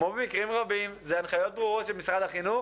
כמו במקרים רבים זה הנחיות ברורות של משרד החינוך,